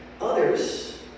Others